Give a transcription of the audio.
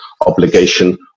obligation